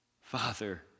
Father